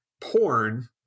porn